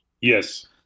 Yes